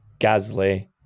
Gasly